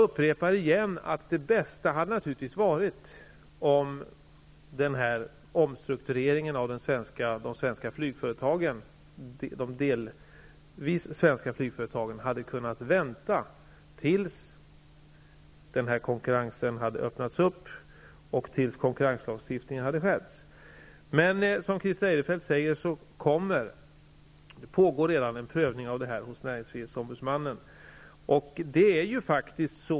Det bästa hade naturligtvis varit om omstruktureringen av de delvis svenska flygföretagen hade kunnat vänta tills konkurrensen hade öppnats och konkurrenslagstiftningen hade skärpts. Som Christer Eirefelt påpekat pågår redan en prövning hos näringsfrihetsombudsmannen.